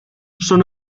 són